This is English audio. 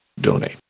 donate